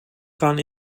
gaan